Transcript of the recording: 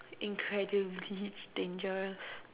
incredibly dangerous